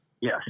Yes